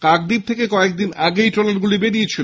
কাকদ্বীপ থেকে কয়েকদিন আগে এই ট্রলারগুলি বেরিয়েছিল